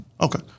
Okay